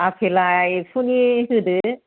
आपेला एक्स'नि होदो